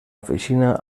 oficina